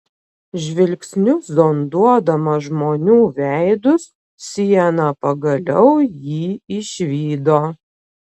žvilgsniu zonduodama žmonių veidus siena pagaliau jį išvydo